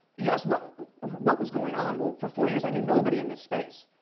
you ask what what was going on. well, for four years, i knew nobody in this space,